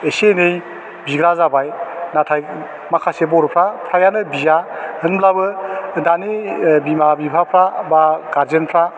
एसे एनै बिग्रा जाबाय नाथाय माखासे बर'फ्रा फ्राइयानो बिया होनब्लाबो दानि ओह बिमा बिफाफ्रा बा गार्जेफ्रा